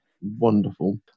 wonderful